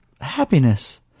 happiness